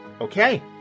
Okay